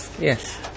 yes